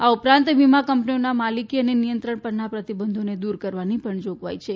આ ઉપરાંત વીમા કંપનીઓના માલિકી અને નિયંત્રણ પરના પ્રતિબંધોને દૂર કરવાની પણ જોગવાઈ છે